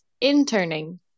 interning